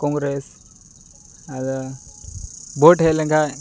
ᱠᱳᱝᱜᱮᱨᱮᱥ ᱟᱫᱚ ᱵᱷᱳᱴ ᱦᱮᱡ ᱞᱮᱱᱠᱷᱟᱱ